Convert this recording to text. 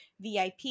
VIP